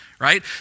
right